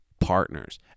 partners